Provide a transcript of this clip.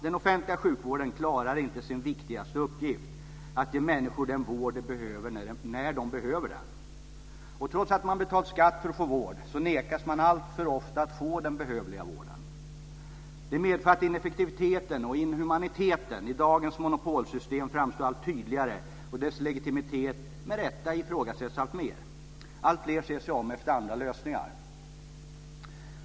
Den offentliga sjukvården klarar inte sin viktigaste uppgift - att ge människor den vård de behöver när de behöver den. Trots att man betalt skatt för att få vård nekas man alltför ofta den behövliga vården. Det medför att ineffektiviteten och inhumaniteten i dagens monopolsystem framstår allt tydligare och dess legitimitet med rätta ifrågasätts alltmer. Alltfler ser sig om efter andra lösningar.